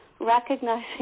recognizing